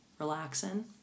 Relaxing